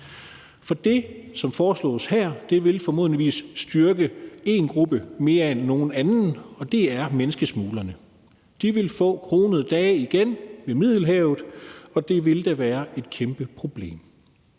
For det, der foreslås her, ville formentlig styrke én gruppe mere end nogen anden, og det er menneskesmuglerne. De ville igen få kronede dage ved Middelhavet, og det ville da være et kæmpe problem.